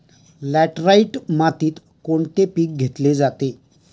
Laterite मातीत कोणते पीक घेतले जाते?